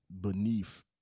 beneath